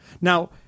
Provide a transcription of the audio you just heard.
Now